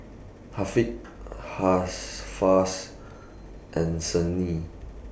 Haziq Hafsa and Senin